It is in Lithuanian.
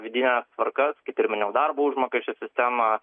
vidines tvarkas kaip ir minėjau darbo užmokesčio sistemą